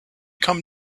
come